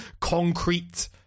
concrete